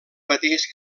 mateix